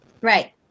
Right